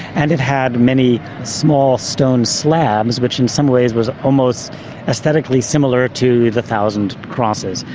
and it had many small stone slabs, which in some ways was almost aesthetically similar to the thousand crosses.